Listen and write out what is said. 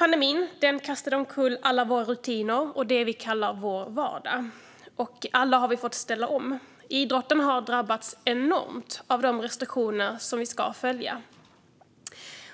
Pandemin har kastat omkull alla våra rutiner och det som vi kallar vår vardag. Alla har vi fått ställa om. Idrotten har drabbats enormt hårt av de restriktioner som vi ska följa.